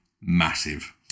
massive